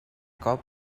cop